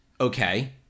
Okay